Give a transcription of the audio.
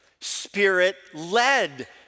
Spirit-led